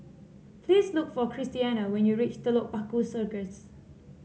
please look for Christiana when you reach Telok Paku Circus